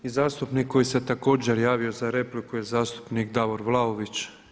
I zastupnik koji se također javio za repliku je zastupnik Davor Vlaović.